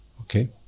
Okay